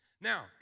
Now